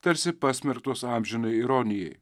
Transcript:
tarsi pasmerktos amžinai ironijai